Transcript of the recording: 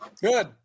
Good